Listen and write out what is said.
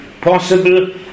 possible